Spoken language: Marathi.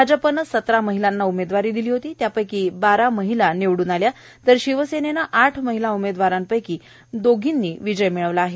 भाजपने सतरा महिलांना उमेदवारी दिली होती त्यापैकी बारा महिला निवडून आल्या तर शिवसेनेनं आठ महिला उमेदवारांपैकी दोघींनी विजय मिळवला आहे